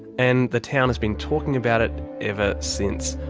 and the town has been talking about it ever since.